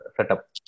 setup